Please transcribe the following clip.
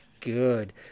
good